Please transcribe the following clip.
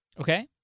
Okay